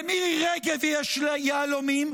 למירי רגב יש יהלומים,